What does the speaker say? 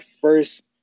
first